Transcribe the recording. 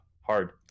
hard